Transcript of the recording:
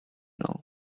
know